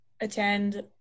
attend